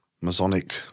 masonic